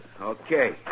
Okay